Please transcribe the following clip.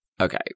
okay